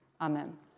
Amen